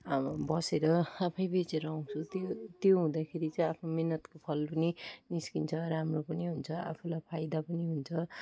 बसेर आफैँ बेचेर आउँछु त्यो त्यो हुँदाखेरि चाहिँ आफ्नो मेहेनेतको फल पनि निस्किन्छ राम्रो पनि हुन्छ आफूलाई फाइदा पनि हुन्छ